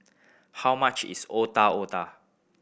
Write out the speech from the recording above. how much is Otak Otak